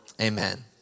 Amen